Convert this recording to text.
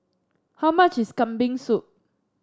how much is Kambing Soup